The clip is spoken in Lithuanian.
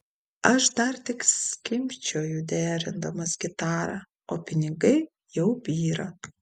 aš dar tik skimbčioju derindamas gitarą o pinigai jau byra